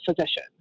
physician